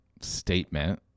statement